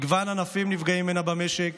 מגוון ענפים נפגעים ממנה במשק,